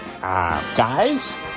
guys